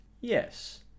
Yes